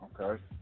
Okay